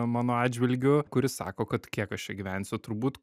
mano atžvilgiu kuri sako kad kiek aš čia gyvensiu turbūt